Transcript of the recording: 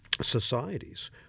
societies